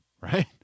right